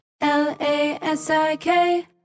L-A-S-I-K